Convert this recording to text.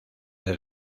del